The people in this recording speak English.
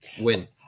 win